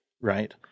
right